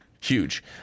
huge